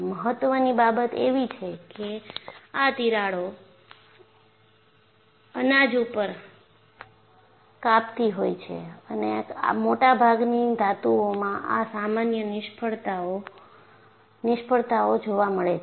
મહત્વની બાબત એવી છે કે આ તિરાડો અનાજ ઉપર કાપતી હોય છે અને મોટાભાગની ધાતુઓમાં આ સામાન્ય નિષ્ફળતા જોવા મળે છે